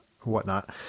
whatnot